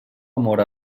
amor